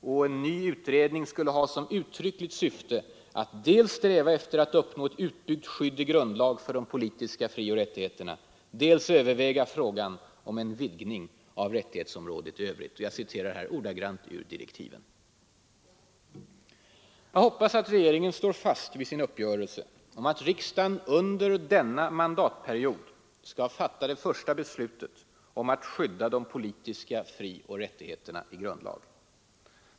Och en ny utredning skulle ha som uttryckligt syfte ”dels att sträva efter att uppnå ett uppbyggt skydd i grundlag för de politiska frioch rättigheterna, dels att överväga frågan om en vidgning av rättighetsområdet i övrigt”. Jag citerar här ordagrant ur direktiven. Jag hoppas att regeringen står fast vid sin uppgörelse om att riksdagen under denna mandatperiod skall fatta det första beslutet om att skydda de politiska frioch rättigheterna i grundlag.